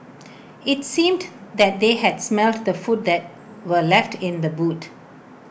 IT seemed that they had smelt the food that were left in the boot